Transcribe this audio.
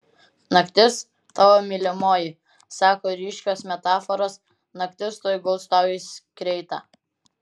naktis tavo mylimoji sako ryškios metaforos naktis tuoj guls tau į skreitą